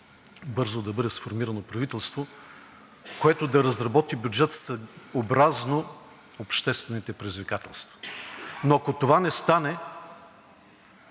бързо да бъде сформирано правителство, което да разработи бюджет съобразно обществените предизвикателства, но ако това не стане,